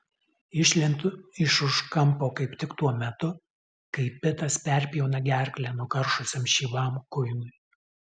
išlendu iš už kampo kaip tik tuo metu kai pitas perpjauna gerklę nukaršusiam šyvam kuinui